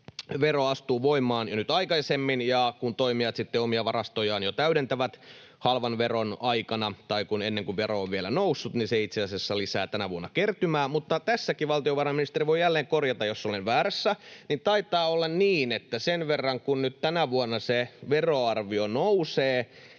vero astuu voimaan jo nyt aikaisemmin ja kun toimijat sitten omia varastojaan jo täydentävät halvan veron aikana tai ennen kuin vero on vielä noussut, niin se itse asiassa lisää tänä vuonna kertymää. Mutta tässäkin — valtiovarainministeri voi jälleen korjata, jos olen väärässä — taitaa olla niin, että sen verran, kun nyt tänä vuonna se veroarvio nousee,